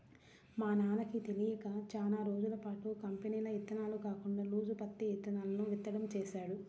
మా నాన్నకి తెలియక చానా రోజులపాటు కంపెనీల ఇత్తనాలు కాకుండా లూజు పత్తి ఇత్తనాలను విత్తడం చేశాడు